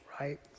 Right